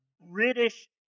British